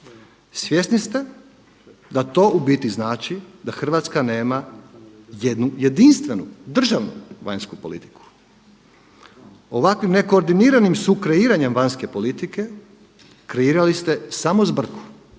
Svjesni ste da to u biti znači da Hrvatska nema jednu jedinstvenu državnu vanjsku politiku. Ovakvim nekordiniranim sukreiranjem vanjske politike kreirali ste samo zbrku